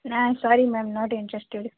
ના sorry ma'am not interested